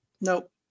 Nope